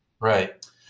Right